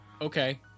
Okay